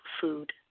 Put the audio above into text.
food